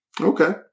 Okay